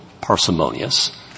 parsimonious